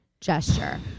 Gesture